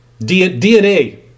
DNA